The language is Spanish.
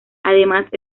además